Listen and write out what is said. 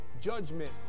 judgment